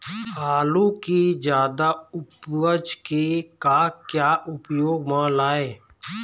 आलू कि जादा उपज के का क्या उपयोग म लाए?